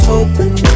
Hoping